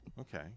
Okay